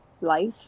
life